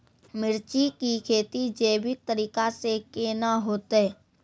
मिर्ची की खेती जैविक तरीका से के ना होते?